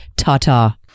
Ta-ta